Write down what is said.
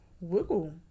wiggle